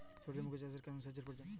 সূর্যমুখি চাষে কেমন সেচের প্রয়োজন?